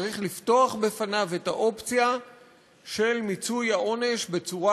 צריך לפתוח בפניו את האופציה של מיצוי העונש בצורה